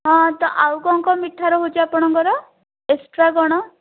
ହଁ ତ ଆଉ କ'ଣ କ'ଣ ମିଠା ରହୁଛି ଆପଣଙ୍କର ଏକ୍ସଟ୍ରା କ'ଣ